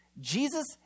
Jesus